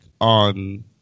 on